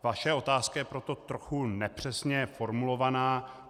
Vaše otázka je proto trochu nepřesně formulovaná.